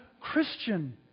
Christian